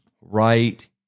right